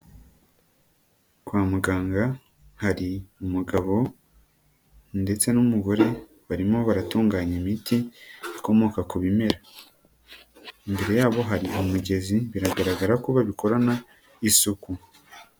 Kwa muganga hari umugabo ndetse n'umugore, barimo baratunganya imiti, ikomoka ku bimera. Imbere yabo hari umugezi, biragaragara ko babikorana isuku.